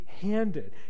handed